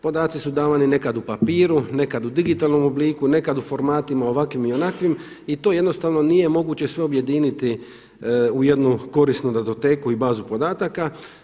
Podaci su davani nekad u papiru, nekad u digitalnom obliku, nekad u formatima ovakvim i onakvim i to jednostavno nije moguće sve objediniti u jednu korisnu datoteku i bazu podataka.